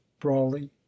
brawley